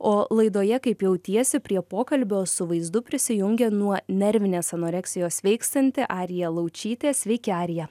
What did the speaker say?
o laidoje kaip jautiesi prie pokalbio su vaizdu prisijungia nuo nervinės anoreksijos sveiksianti arija laučytė sveiki arija